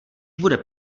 bude